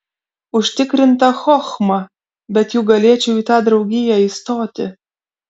užtikrinta chochma bet juk galėčiau į tą draugiją įstoti